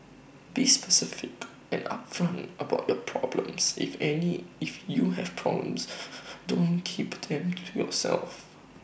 be specific and upfront about your problems if any if you have problems don't keep them to yourself